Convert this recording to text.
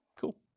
Cool